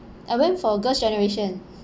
I went for girls generation